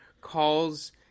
calls